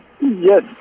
Yes